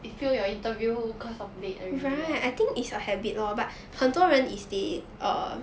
you fail your interview cause of late already [what]